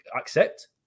accept